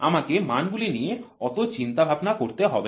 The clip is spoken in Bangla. আমাকে মানগুলি নিয়ে অত চিন্তা ভাবনা করতে হবে না